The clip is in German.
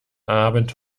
abend